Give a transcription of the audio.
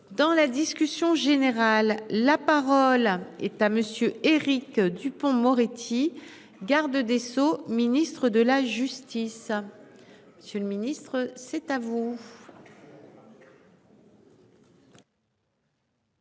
Dans la discussion générale. La parole est à monsieur Éric Dupond-Moretti Garde des Sceaux, ministre de la justice. Monsieur le ministre, c'est à vous.